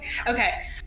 okay